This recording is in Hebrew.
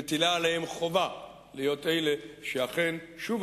מטילה עליהם חובה להיות אלה שאכן שוב